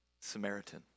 Samaritan